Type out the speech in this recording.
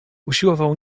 usiłował